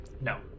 No